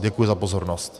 Děkuji za pozornost.